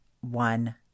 one